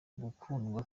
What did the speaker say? gukundwa